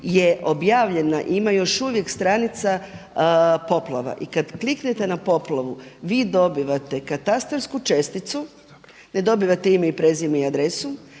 je objavljena. Ima još uvijek stranica poplava. I kad kliknete na poplavu vi dobivate katastarsku česticu, ne dobivate ime i prezime i adresu,